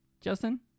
Justin